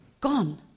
gone